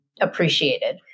appreciated